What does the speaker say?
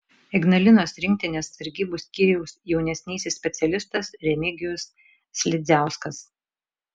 ignalinos rinktinės sargybų skyriaus jaunesnysis specialistas remigijus slidziauskas